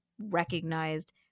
recognized